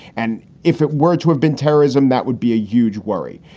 and if it were to have been terrorism, that would be a huge worry.